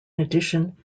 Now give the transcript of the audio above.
addition